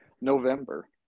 November